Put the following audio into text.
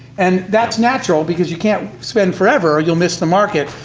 and that's natural, because you can't spend forever or you'll miss the market.